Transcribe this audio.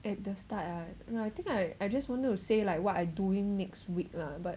at the start ah no I think I I just wanted to say like what I doing next week lah but